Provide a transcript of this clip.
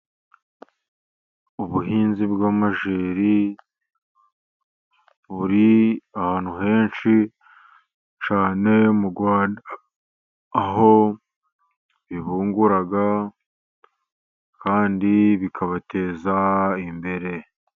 Ubuhinzi bw'amajyeri buri ahantu henshi cyane mu Rwanda, aho bibungura kandi bikabateza imbere.